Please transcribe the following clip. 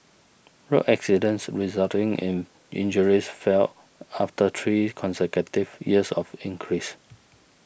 road accidents resulting in injuries fell after three consecutive years of increase